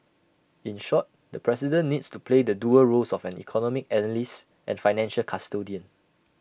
in short the president needs to play the dual roles of an economic analyst and financial custodian